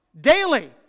daily